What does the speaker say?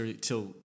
till